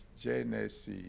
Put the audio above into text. Genesis